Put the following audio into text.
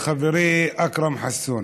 לחברי אכרם חסון,